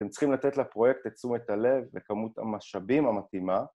אתם צריכים לתת לפרויקט את תשומת הלב וכמות המשאבים המתאימה